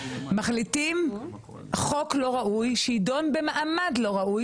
מחליטים על חוק לא ראוי שיידון במעמד לא ראוי